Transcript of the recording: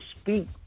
speak